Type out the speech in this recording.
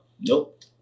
nope